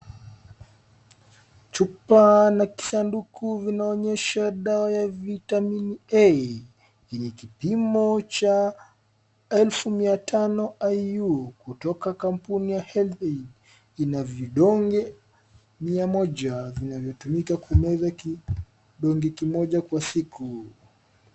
Chupa la kisanduku vinaonyesha dawa ya vitamin A . Ni kipimo cha elfu mia tano IU kutoka kampuni ya HealthAid. Ina vidonge mia moja vinavyotumika kumeza kidonge kimoja kwa siku.